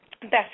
best